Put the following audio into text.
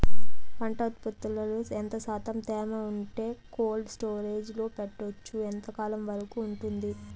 పంట ఉత్పత్తులలో ఎంత శాతం తేమ ఉంటే కోల్డ్ స్టోరేజ్ లో పెట్టొచ్చు? ఎంతకాలం వరకు ఉంటుంది